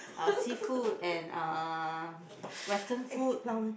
uh seafood and uh western food